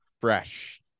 fresh